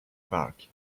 park